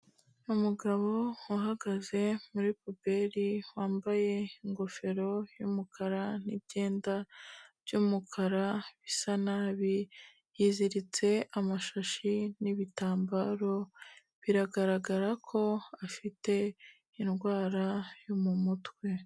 Umugabo uhagaze muri puberi wambaye ingofero y'umukara n'ibyenda by'umukara bisa nabi, yiziritse amashashi n'ibitambaro, biragaragara ko afite indwara yo mu mutwe.